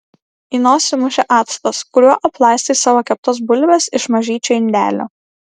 į nosį mušė actas kuriuo aplaistai savo keptas bulves iš mažyčio indelio